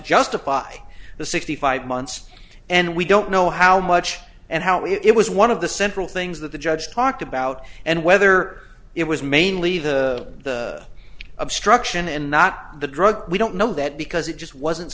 justify the sixty five months and we don't know how much and how it was one of the central things that the judge talked about and whether it was mainly the obstruction and not the drug we don't know that because it just wasn't